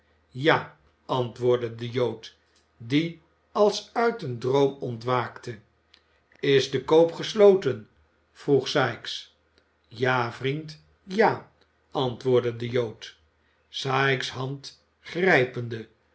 ja antwoordde de jood die als uit een droom ontwaakte is de koop gesloten vroeg sikes ja vriend ja antwoordde de jood sikes hand grijpende